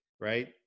right